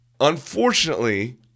Unfortunately